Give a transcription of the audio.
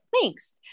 Thanks